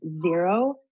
zero